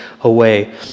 away